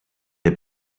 der